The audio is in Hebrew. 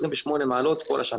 28 מעלות כל השנה.